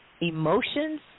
emotions